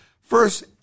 First